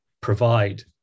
provide